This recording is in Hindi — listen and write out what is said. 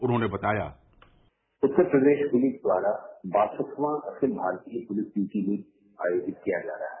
उन्होंने बताया उत्तर प्रदेश पुलिस द्वारा बासववां अखिल भारतीय पुलिस मीट आयोजित किया जा रहा है